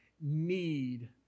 need